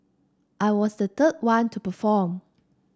I was the third one to perform